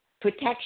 protection